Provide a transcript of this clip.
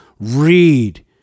read